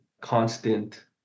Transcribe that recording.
constant